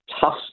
tough